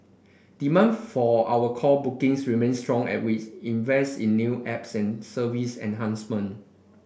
demand for our call bookings remains strong as we invest in new apps and service enhancement